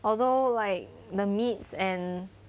although like the meats and